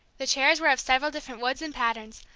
the chairs were of several different woods and patterns,